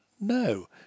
No